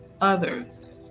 others